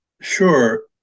Sure